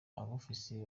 abofisiye